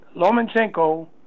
Lomachenko